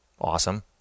awesome